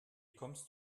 kommst